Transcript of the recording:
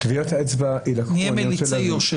נהיה מליצי יושר.